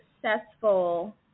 successful